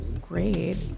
great